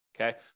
Okay